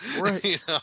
Right